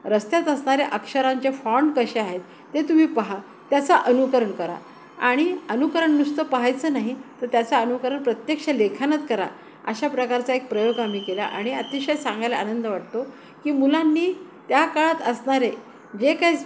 रस्त्यात असनाऱ्या अक्षरांचे फॉंट कसे आहेत ते तुम्ही पहा त्याचा अनुकरण करा आणि अनुकरण नुसतं पहायचं नाही तर त्याच अनुकरण प्रत्यक्ष लेखनात करा अशा प्रकारचा एक प्रयोग आम्ही केला आणि अतिशय सांगायला आनंद वाटतो की मुलांनी त्या काळात असणारे जे काही